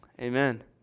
amen